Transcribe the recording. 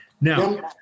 Now